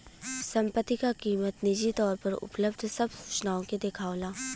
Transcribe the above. संपत्ति क कीमत निजी तौर पर उपलब्ध सब सूचनाओं के देखावला